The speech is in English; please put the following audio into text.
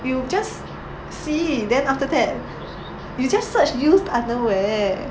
you just see then after that you just search used underwear